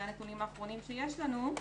אלה הנתונים האחרונים שיש לנו,